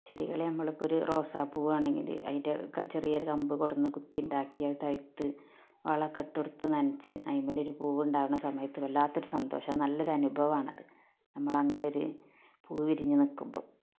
ചെടികളെ നമ്മൾ ഇപ്പം ഒരു റോസാപ്പൂവാണെങ്കില് അതിൻ്റെ ചെറിയ ഒരു കമ്പ് കൊണ്ടുവന്ന് കുത്തി ഉണ്ടാക്കിയത് താഴത്ത് വളമൊക്കെ ഇട്ടെടുത്ത് നനച്ച് അതിമേലൊരു പൂവ് ഉണ്ടാകുന്ന സമയത്ത് വല്ലാത്തൊര് സന്തോഷമാണ് നല്ലൊരു അനുഭവമാണത് നമ്മളങ്ങനൊര് പൂ വിരിഞ്ഞ് നിൽക്കുമ്പോൾ